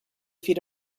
feet